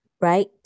right